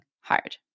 hard